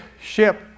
ship